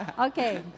Okay